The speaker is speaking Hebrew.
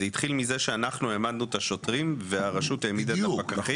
זה התחיל מזה שאנחנו העמדנו את השוטרים והרשות העמידה את הפקחים.